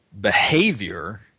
behavior